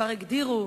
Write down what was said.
כבר הגדירו